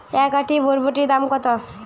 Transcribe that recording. এক আঁটি বরবটির দাম কত?